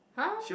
!huh!